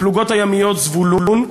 הפלוגות הימיות "זבולון",